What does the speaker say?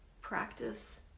Practice